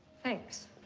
thanks.